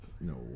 No